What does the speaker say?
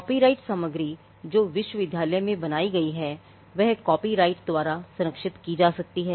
copyright सामग्री जो विश्वविद्यालय में बनाई गई है कॉपीराइट द्वारा संरक्षित की जा सकती है